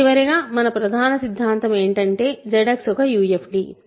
చివరగా మన ప్రధాన సిద్ధాంతం ఏంటంటే ZX ఒక UFD